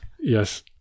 Yes